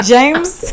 James